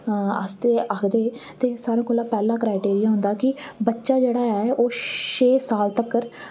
आस्तै आखदे ते सारें कोला पैह्ला क्राइटेरिया होंदा कि बच्चा जेह्ड़ा ऐ ओह् छेऽ साल तक्कर